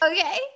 okay